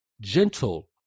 gentle